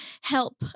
help